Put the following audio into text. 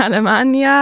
Germany